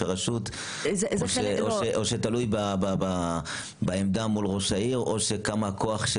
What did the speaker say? או שתלוי בעמדה מול ראש העיר או בכוח של